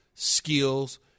skills